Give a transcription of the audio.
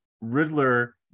Riddler